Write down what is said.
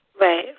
Right